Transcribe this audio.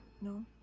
No